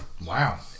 wow